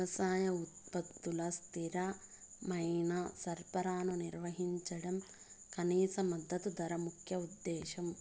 వ్యవసాయ ఉత్పత్తుల స్థిరమైన సరఫరాను నిర్వహించడం కనీస మద్దతు ధర ముఖ్య ఉద్దేశం